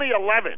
2011